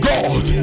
God